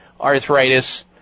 arthritis